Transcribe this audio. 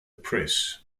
press